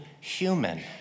human